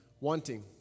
wanting